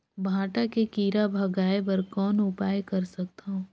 भांटा के कीरा भगाय बर कौन उपाय कर सकथव?